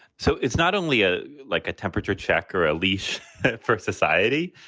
so it's not only a like a temperature check or a leash for society.